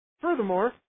Furthermore